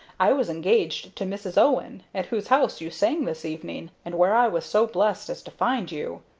i was engaged to mrs. owen, at whose house you sang this evening, and where i was so blessed as to find you.